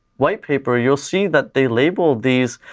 white paper, you'll see that they labeled these,